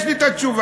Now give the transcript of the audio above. יש לי את התשובה.